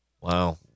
Wow